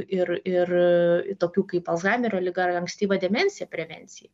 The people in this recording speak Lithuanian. ir ir tokių kaip alzhaimerio liga ankstyva demencija prevencija